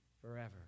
forever